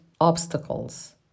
obstacles